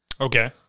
okay